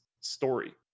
story